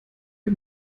wir